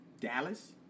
Dallas